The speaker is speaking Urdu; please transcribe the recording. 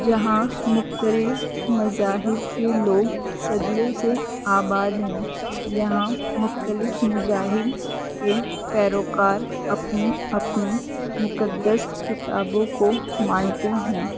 جہاں مختلف مذاہب کے لوگ صدیوں سے آباد ہیں یہاں مختلف مذاہب کے پیروکار اپنی اپنی مقدس کتابوں کو مانتے ہیں